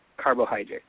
carbohydrates